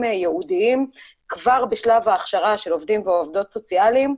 ייעודיים כבר בשלב ההכשרה של עובדים ועובדות סוציאליים,